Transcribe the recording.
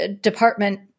department